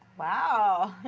wow.